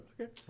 okay